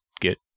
get